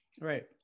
Right